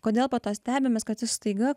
kodėl po to stebimės kad jis staiga